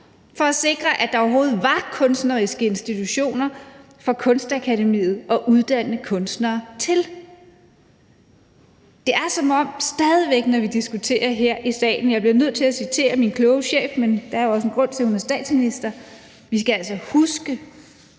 for at sikre, at der overhovedet var kunstneriske institutioner for Kunstakademiet at uddanne kunstnere til. Stadig væk, når vi diskuterer her i salen – og her bliver jeg nødt til at citere min kloge chef, og der er jo også en grund til, at hun er statsminister – skal vi altså huske,